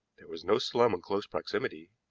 there was no slum in close proximity,